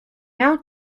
now